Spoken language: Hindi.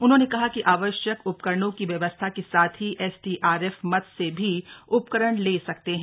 उन्होंने कहा कि आवश्यक उपकरणों की व्यवस्था के साथ ही एसडीआरएफ मद से भी उपकरण ले सकते हैं